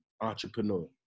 entrepreneur